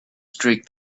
streak